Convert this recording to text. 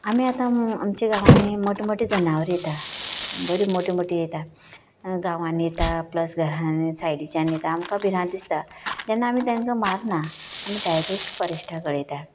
आमी आतां आमच्या गांवांनी मोठे मोठे जनावरां येतात बरी मोठी मोठी येतात गांवांनी येता प्लस घरांनी सायडीच्यान येता आमकां भिरांत दिसता तेन्ना आमी तांकां मारना आमी डायरेक्ट फोरेस्टाक कळयता